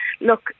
look